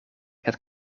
het